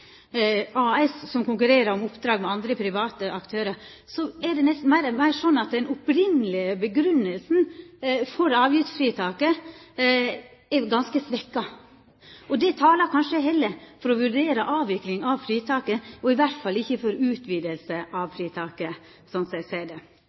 AS, som konkurrerer om oppdrag med andre private aktørar, er det meir og meir sånn at den opphavlege grunngjevinga for avgiftsfritaket er ganske svekt. Det talar kanskje heller for å vurdera ei avvikling av fritaket, og i alle fall ikkje for ei utviding av